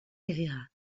herrera